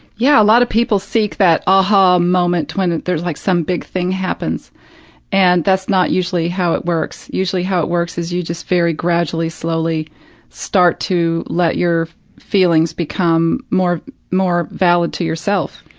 yeah, a lot of people seek that ah ha! moment when there's like, some big thing happens and that's not usually how it works. usually how it works is that you just very gradually, slowly start to let your feelings become more more valid to yourself,